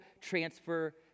transfer